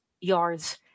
yards